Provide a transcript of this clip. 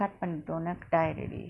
cut பன்டோனா:pantoonaa die already